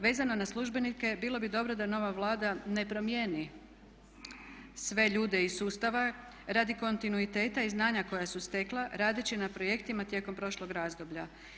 Vezano na službenike bilo bi dobro da nova Vlada ne promijeni sve ljude iz sustava radi kontinuiteta i znanja koja su stekla radeći na projektima tijekom prošlog razdoblja.